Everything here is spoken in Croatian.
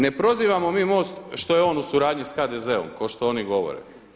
Ne prozivamo mi MOST što je on u suradnji sa HDZ-om ko što oni govore.